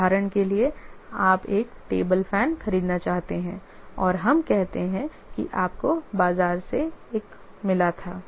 उदाहरण के लिए आप एक टेबल फैन खरीदना चाहते हैं और हम कहते हैं कि आपको बाजार से एक मिला था